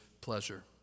pleasure